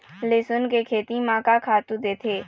लेसुन के खेती म का खातू देथे?